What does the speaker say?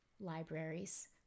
libraries